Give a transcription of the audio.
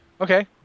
okay